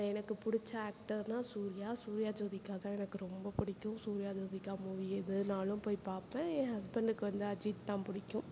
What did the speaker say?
எனக்கு பிடிச்ச ஆக்டர்னா சூர்யா சூர்யா ஜோதிகா தான் எனக்கு ரொம்ப பிடிக்கும் சூர்யா ஜோதிகா மூவி எதுன்னாலும் போய் பார்ப்பேன் என் ஹஸ்பண்டுக்கு வந்து அஜித் தான் பிடிக்கும்